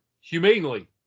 humanely